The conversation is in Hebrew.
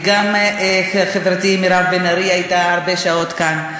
וגם חברתי מירב בן ארי הייתה הרבה שעות כאן.